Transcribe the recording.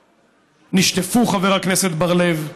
נשטפו, חבר הכנסת בר-לב.